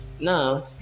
Now